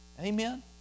Amen